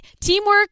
teamwork